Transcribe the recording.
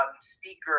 speaker